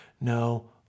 no